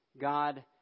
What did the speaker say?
God